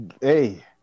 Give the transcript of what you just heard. hey